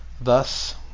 Thus